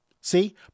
See